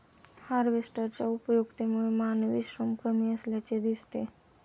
हार्वेस्टरच्या उपयुक्ततेमुळे मानवी श्रम कमी असल्याचे दिसते